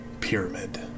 pyramid